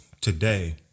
today